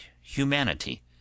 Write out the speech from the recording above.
humanity